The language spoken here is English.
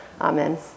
Amen